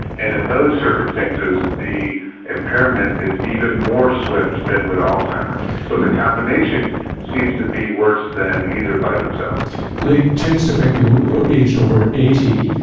and in those circumstances the impairment is even more swift than with alzheimer's. so the combination seems to be worse than either by themselves. late tends to affect people aged over eighty.